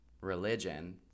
religion